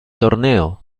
torneo